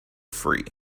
free